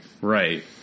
Right